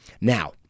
Now